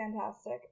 fantastic